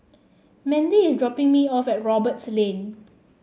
Mendy is dropping me off at Roberts Lane